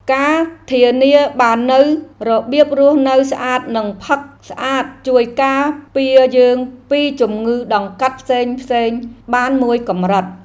ការធានាបាននូវរបៀបរស់នៅស្អាតនិងផឹកស្អាតជួយការពារយើងពីជំងឺដង្កាត់ផ្សេងៗបានមួយកម្រិត។